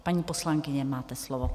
Paní poslankyně, máte slovo.